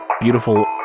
beautiful